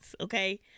okay